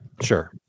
Sure